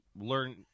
learn